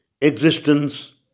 existence